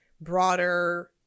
broader